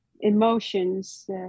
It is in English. emotions